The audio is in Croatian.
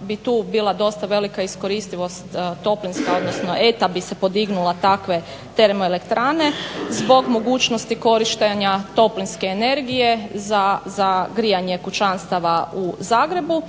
bi tu bila dosta velika iskoristivost toplinska, odnosno ETA bi se podignula takve termoelektrane zbog mogućnosti korištenja toplinske energije za grijanje kućanstava u Zagrebu.